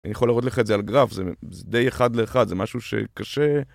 אני יכול לראות לך את זה על גרף, זה די אחד לאחד, זה משהו שקשה.